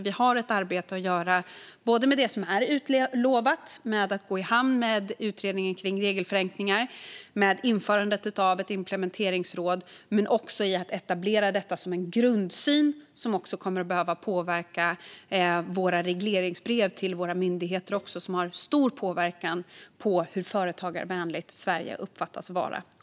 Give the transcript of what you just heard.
Vi har ett arbete att göra, både med det som är utlovat - att gå i hamn med utredningen kring regelförenklingar och med införandet av ett implementeringsråd - och med att implementera detta som en grundsyn som kommer att behöva påverka regleringsbreven till våra myndigheter som har en stor påverkan när det gäller hur företagarvänligt Sverige uppfattas vara.